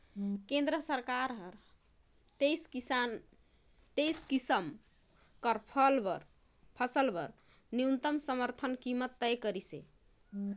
केंद्र सरकार हर तेइस किसम फसल बर न्यूनतम समरथन कीमत तय करिसे